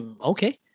okay